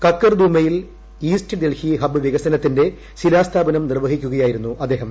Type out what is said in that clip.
കർക്കർദൂമയിൽ east Delhi hub വികസനത്തിന്റെ ശിലാസ്ഥാപനം നിർവഹിക്കുകയായിരുന്നു അദ്ദേഹം